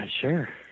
sure